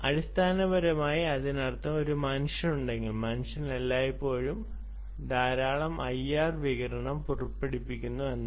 അടിസ്ഥാനപരമായി അതിനർത്ഥം ഒരു മനുഷ്യനുണ്ടെങ്കിൽ മനുഷ്യൻ എല്ലായ്പ്പോഴും ധാരാളം ഐആർ വികിരണം പുറപ്പെടുവിക്കുന്നു എന്നാണ്